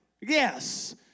Yes